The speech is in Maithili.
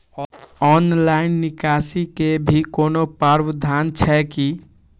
ऑनलाइन निकासी के भी कोनो प्रावधान छै की?